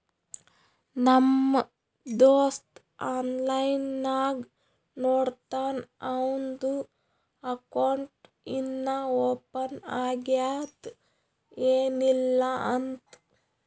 ನಮ್ ದೋಸ್ತ ಆನ್ಲೈನ್ ನಾಗೆ ನೋಡ್ತಾನ್ ಅವಂದು ಅಕೌಂಟ್ ಇನ್ನಾ ಓಪನ್ ಆಗ್ಯಾದ್ ಏನಿಲ್ಲಾ ಅಂತ್